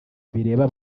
bireba